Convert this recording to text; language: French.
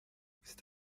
c’est